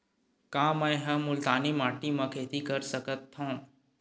का मै ह मुल्तानी माटी म खेती कर सकथव?